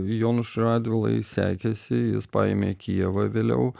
jonušui radvilai sekėsi jis paėmė kijevą vėliau